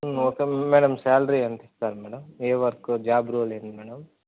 okay madam salary ఎంత ఇస్తారు madam ఏ వర్క్ జాబ్ రోల్ ఏంటి మేడం